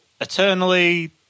Eternally